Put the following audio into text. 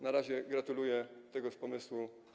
Na razie gratuluję tego pomysłu.